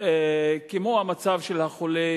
כמו המצב של החולה